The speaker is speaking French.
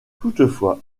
toutefois